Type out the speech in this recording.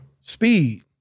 speed